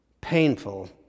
painful